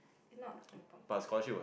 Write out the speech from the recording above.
is not important